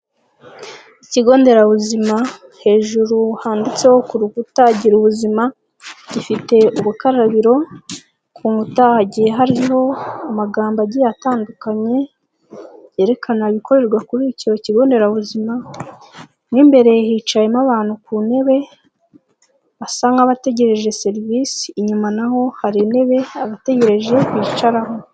Ikigo nderabuzima hejuru handitseho ku rukuta gira ubuzima, gifite ubukarabiro ku nkuta hagiye hariho amagambo agiye atandukanye yerekana ibikorerwa kuri icyo kigo nderabuzima mu imbere hicayemo abantu ku ntebe basa nk'abategereje serivise, inyuma naho hari intebe abategereje bicararaho.